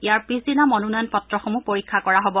ইয়াৰ পিছদিনা মনোনয়নপত্ৰসমূহ পৰীক্ষা কৰা হ'ব